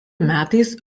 metais